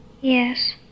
Yes